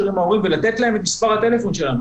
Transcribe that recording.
עם ההורים ולתת להם את מספר הטלפון שלנו.